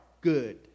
good